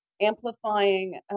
amplifying